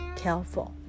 careful